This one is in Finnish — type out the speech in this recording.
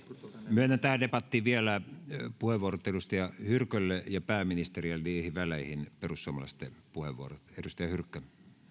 myönnän tähän debattiin vielä puheenvuorot edustaja hyrkölle ja pääministerille ja niihin väleihin perussuomalaisten puheenvuorot edustaja hyrkkö